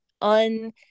on